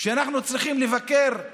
כשאנחנו צריכים לבקר,